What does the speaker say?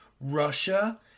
Russia